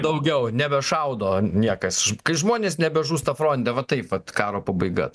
daugiau nebešaudo niekas kai žmonės nebežūsta fronte va taip vat karo pabaiga